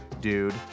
dude